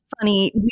funny